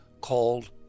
called